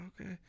okay